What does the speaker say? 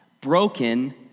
broken